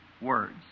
words